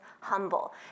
humble